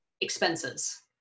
expenses